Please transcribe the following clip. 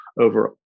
over